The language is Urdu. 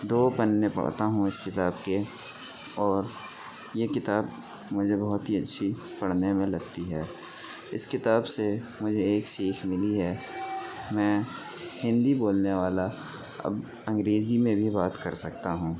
دو پنے پڑھتا ہوں اس کتاب کے اور یہ کتاب مجھے بہت ہی اچھی پڑھنے میں لگتی ہے اس کتاب سے مجھے ایک سیکھ ملی ہے میں ہندی بولنے والا اب انگریزی میں بھی بات کر سکتا ہوں